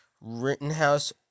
Rittenhouse